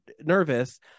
nervous